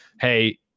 hey